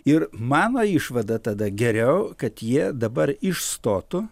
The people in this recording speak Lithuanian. ir mano išvada tada geriau kad jie dabar išstotų